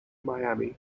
miami